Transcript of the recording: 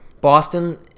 Boston